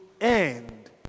end